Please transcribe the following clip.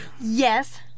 yes